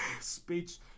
speech